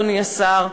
אדוני השר,